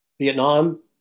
Vietnam